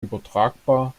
übertragbar